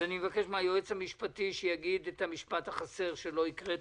אני מבקש מהיועץ המשפטי שיקרא את המשפט החסר שלא הקראת.